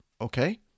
Okay